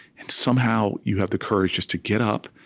and somehow, you have the courage just to get up,